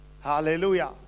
Hallelujah